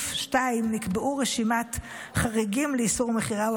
בסעיף 2 נקבעו רשימת חריגים לאיסור מכירה או